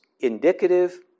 indicative